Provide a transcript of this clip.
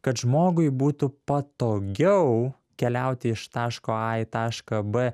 kad žmogui būtų patogiau keliauti iš taško a į tašką b